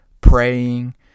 praying